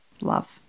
love